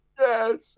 Yes